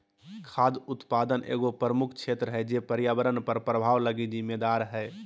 खाद्य उत्पादन एगो प्रमुख क्षेत्र है जे पर्यावरण पर प्रभाव लगी जिम्मेदार हइ